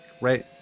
right